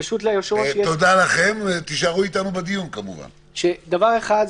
דבר אחד,